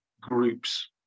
groups